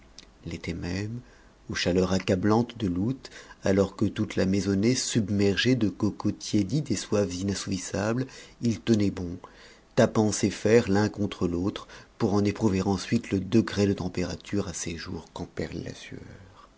l'été même aux chaleurs accablantes de l'août alors que toute la maisonnée submergeait de coco tiédi des soifs inassouvissables il tenait bon tapant ses fers l'un contre l'autre pour en éprouver ensuite le degré de température à ses joues qu'emperlait la sueur